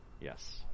Yes